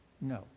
No